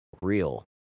real